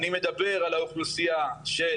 אני מדבר על האוכלוסייה של